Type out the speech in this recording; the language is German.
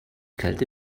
kälte